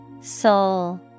Soul